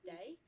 Day